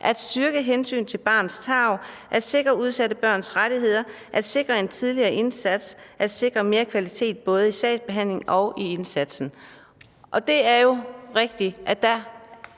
at styrke hensynet til barnets tarv, at sikre udsatte børns rettigheder, at sikre en tidligere indsats og at sikre mere kvalitet, både i sagsbehandlingen og i indsatsen. Og det er jo rigtigt, at der